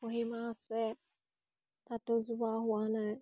কহিমা আছে তাতো যোৱা হোৱা নাই